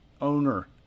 Owner